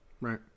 Right